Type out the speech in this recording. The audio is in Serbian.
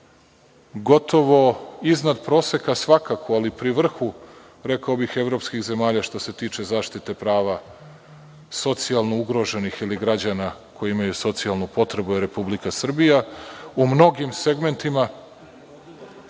gotovo iznad proseka svakako, ali pri vrhu je, rekao bih, evropskih zemalja što se tiče zaštite prava socijalno ugroženih građana koji imaju socijalnu potrebu, Republika Srbija po mnogim segmentima,